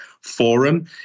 forum